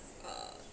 uh